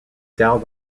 tard